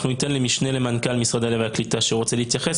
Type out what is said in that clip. אנחנו ניתן למשנה למנכ"ל משרד העלייה והקליטה שרוצה להתייחס,